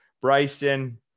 Bryson